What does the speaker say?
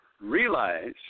realize